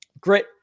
grit